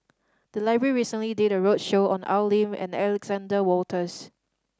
the library recently did a roadshow on Al Lim and Alexander Wolters